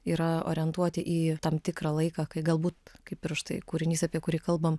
yra orientuoti į tam tikrą laiką kai galbūt kaip ir štai kūrinys apie kurį kalbam